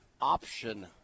option